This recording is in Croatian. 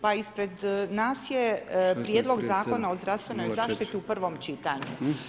Pa ispred nas je Prijedlog Zakona o zdravstvenoj zaštiti u prvom čitanju.